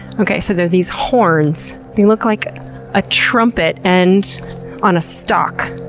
okay, so there are these horns, they look like a trumpet end on a stalk.